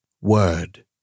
word